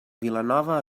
vilanova